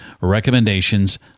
recommendations